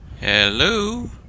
Hello